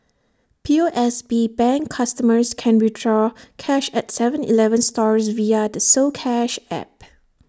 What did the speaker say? P O S B bank customers can withdraw cash at Seven Eleven stores via the soCash app